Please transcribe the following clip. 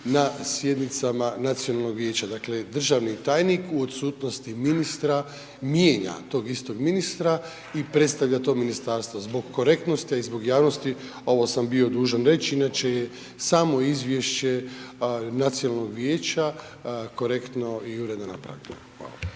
na sjednicama Nacionalnog vijeća, dakle, državni tajnik u odsutnosti ministra mijenja tog istog ministra i predstavlja to ministarstvo, zbog korektnosti, a i zbog javnosti ovo sam bio dužan reći, inače je samo izvješće Nacionalnog vijeća korektno i uredno napravljeno. Hvala.